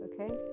okay